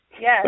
Yes